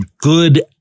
good